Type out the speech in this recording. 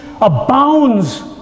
abounds